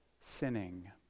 sinning